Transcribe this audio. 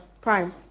Prime